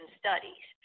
studies